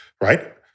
right